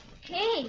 Hey